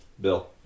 Bill